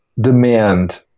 demand